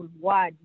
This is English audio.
word